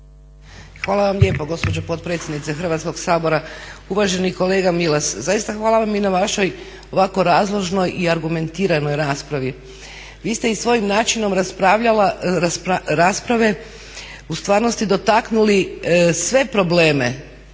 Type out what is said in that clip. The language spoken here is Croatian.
Hvala vam lijepo gospođo potpredsjednice Hrvatskog sabora. Uvaženi kolega Milas, zaista hvala vam i na vašoj ovako razložnoj i argumentiranoj raspravi. Vi ste i svojim načinom rasprave u stvarnosti dotaknuli sve probleme